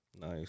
Nice